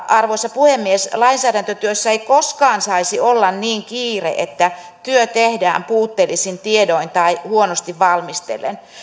arvoisa puhemies lainsäädäntötyössä ei koskaan saisi olla niin kiire että työ tehdään puutteellisin tiedoin tai huonosti valmistellen